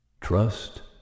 Trust